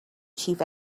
chief